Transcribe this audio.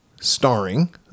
starring